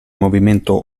movimento